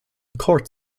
court